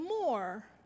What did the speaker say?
more